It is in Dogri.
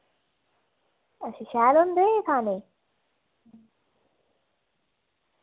अच्छा शैल होंदे खाने ई